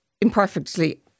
imperfectly